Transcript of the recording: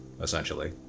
essentially